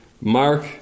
mark